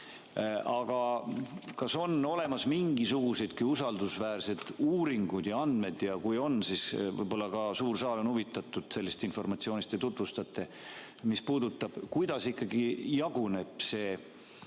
Aga kas on olemas mingisugusedki usaldusväärsed uuringud ja andmed ning kui on, siis võib-olla ka suur saal on huvitatud sellest informatsioonist ja te tutvustate seda, kuidas ikkagi jaguneb see